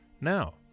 Now